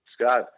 Scott